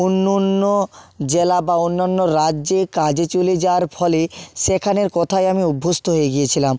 অন্য অন্য জেলা বা অন্যান্য রাজ্যে কাজে চলে যাওয়ার ফলে সেখানের কথায় আমি অভ্যস্ত হয়ে গিয়েছিলাম